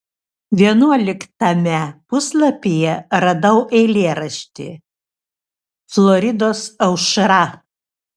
vienuoliktame puslapyje radau eilėraštį floridos aušra